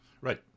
Right